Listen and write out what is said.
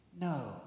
No